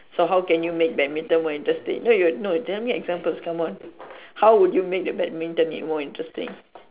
so how can you make badminton more interesting no you're no tell me examples come on how will you make badminton more interesting